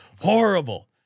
Horrible